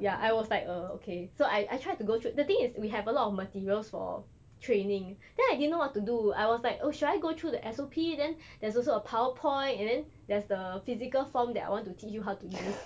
ya I was like uh okay so I I tried to go through the thing is we have a lot of materials for training then I didn't know what to do I was like oh should I go through the S_O_P then there's also a powerpoint and then there's the physical form that I want to teach you how to use